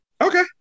Okay